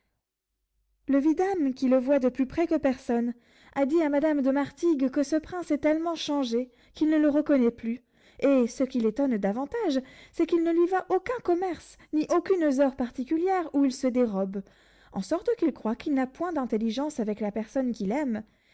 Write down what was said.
le vidame qui le voit de plus près que personne a dit à madame de martigues que ce prince est tellement changé qu'il ne le reconnaît plus et ce qui l'étonne davantage c'est qu'il ne lui voit aucun commerce ni aucunes heures particulières où il se dérobe en sorte qu'il croit qu'il n'a point d'intelligence avec la personne qu'il aime